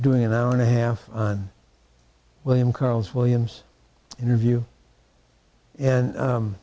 doing an hour and a half on william carlos williams interview and